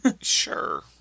Sure